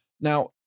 Now